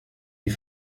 die